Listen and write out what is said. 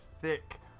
thick